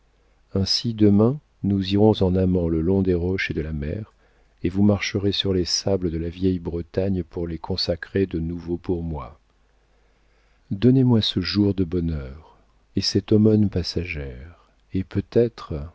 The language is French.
ainsi demain nous irons en amants le long des roches et de la mer et vous marcherez sur les sables de la vieille bretagne pour les consacrer de nouveau pour moi donnez-moi ce jour de bonheur et cette aumône passagère et peut-être